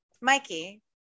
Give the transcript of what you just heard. Mikey